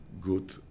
good